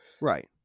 Right